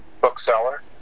bookseller